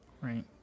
right